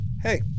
hey